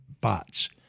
bots